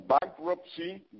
bankruptcy